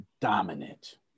dominant